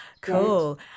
cool